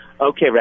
Okay